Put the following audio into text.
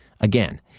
Again